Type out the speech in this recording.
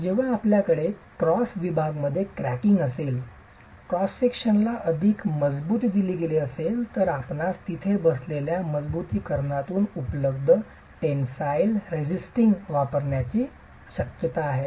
जेव्हा आपल्याकडे क्रॉस विभाग मध्ये क्रॅकिंग असेल क्रॉस विभाग ला अधिक मजबुती दिली गेली असेल तर आपणास तिथे बसलेल्या मजबुतीकरणातून उपलब्ध टेन्सिल रेझिस्टन्स वापरण्याची शक्यता आहे